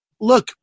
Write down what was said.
look